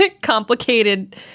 complicated